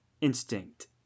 instinct